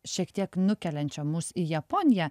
šiek tiek nukeliančio mus į japoniją